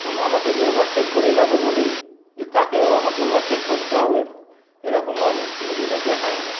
এখন আমাকে যে ওভারটেক করে গেল বলেই যে তাকেও আমাকে ওভারটেক করতে হবে এরকমও আমি কোনো দিনও দেখাই না